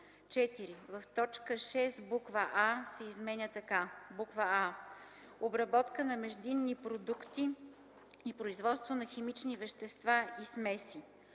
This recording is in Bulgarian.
4. В т. 6 буква „а” се изменя така: „а) обработка на междинни продукти и производство на химични вещества и смеси;”.